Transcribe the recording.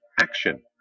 action